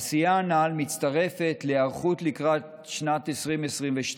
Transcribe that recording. העשייה הנ"ל מצטרפת להיערכות לקראת שנת 2022,